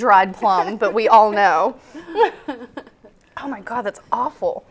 dried flower and but we all know oh my god that's awful